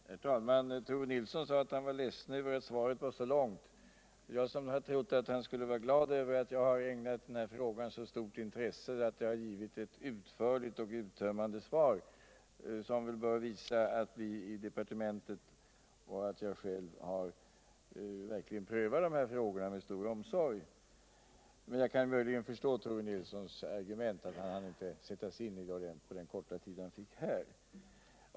Herr talman! Tore Nilsson sade att han var ledsen över att svaret var så långt. Jag hade trott att han skulle vara glad över att jag ägnat denna fråga ett så stort intresse att jag lämnat ett utförligt och uttömmande svar. Det bör visa att vii departementet och jag själv verkligen har prövat dessa frågor med stor omsorg. Men jag kan möjligen förstå Tore Nilssons argument, att han inte hunnit sätta sig in i svarets detaljer på den korta tid han har haft till förfogande.